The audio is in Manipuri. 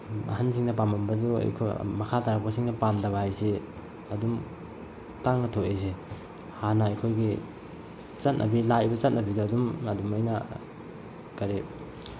ꯑꯍꯜꯁꯤꯡꯅ ꯄꯥꯝꯃꯝꯕꯗꯨ ꯑꯩꯈꯣꯏ ꯃꯈꯥ ꯇꯥꯔꯛꯄꯁꯤꯡꯅ ꯄꯥꯝꯗꯕ ꯍꯥꯏꯁꯤ ꯑꯗꯨꯝ ꯇꯥꯡꯅ ꯊꯣꯛꯑꯦ ꯁꯦ ꯍꯥꯟꯅ ꯑꯩꯈꯣꯏꯒꯤ ꯆꯠꯅꯕꯤ ꯂꯥꯛꯏꯕ ꯆꯠꯅꯕꯤꯗꯣ ꯑꯗꯨꯝ ꯑꯗꯨꯃꯥꯏꯅ ꯀꯔꯤ